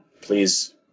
Please